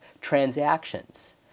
transactions